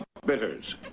bitters